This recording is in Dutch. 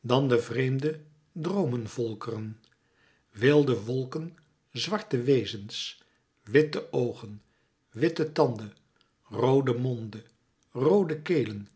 dan de vreemde droomenvolkeren wilde wolken zwarte wezens witte oogen witte tanden roode monden roode kelen